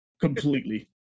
Completely